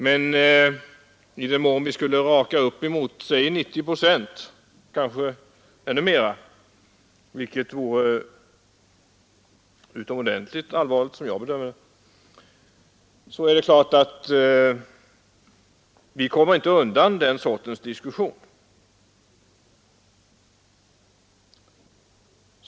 Men skulle uppemot 90 procent eller mera av vår handel gå till EEC området — vilket vore utomordentligt allvarligt — kommer vi inte undan den sortens diskussion.